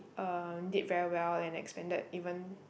uh did very well and expanded even